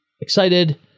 excited